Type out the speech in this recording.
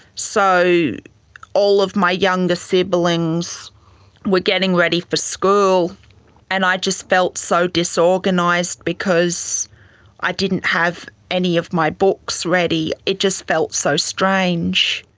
so all of my younger siblings were getting ready for school and i just felt so disorganised because i didn't have any of my books ready. it's just felt so strange.